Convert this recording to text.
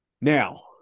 Now